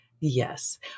Yes